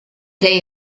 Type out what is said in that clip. che